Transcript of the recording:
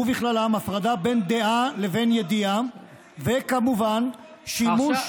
ובכללם הפרדה בין דעה לבין ידיעה, וכמובן שימוש,